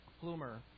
Plumer